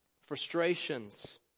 frustrations